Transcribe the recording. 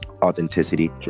Authenticity